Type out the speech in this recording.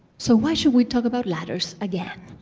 so why should we talk about ladders again?